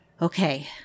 Okay